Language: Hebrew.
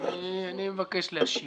מבקש להשיב.